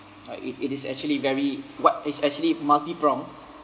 uh it it is actually very what is actually multi prompt